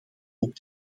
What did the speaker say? ook